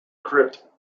crypt